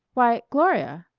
why, gloria!